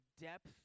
depth